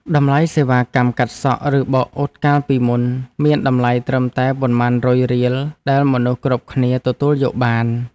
តម្លៃសេវាកម្មកាត់សក់ ឬបោកអ៊ុតកាលពីមុនមានតម្លៃត្រឹមតែប៉ុន្មានរយរៀលដែលមនុស្សគ្រប់គ្នាទទួលយកបាន។